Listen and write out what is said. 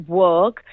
work